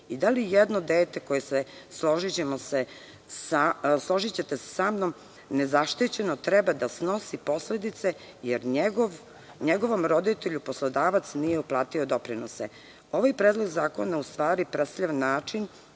i da li jedno dete, koje, složićete se sa mnom, nezaštićeno, treba da snosi posledice, jer njegovom roditelju poslodavac nije uplatio doprinose. Ovaj predlog zakona u stvari predstavlja način